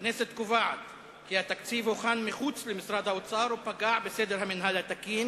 הכנסת קובעת כי התקציב הוכן מחוץ למשרד האוצר ופגע בסדרי המינהל התקין